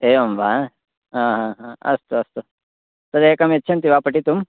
एवं वा ह ह ह अस्तु अस्तु तदेकं यच्छन्ति वा पठितुम्